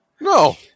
No